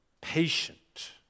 patient